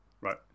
right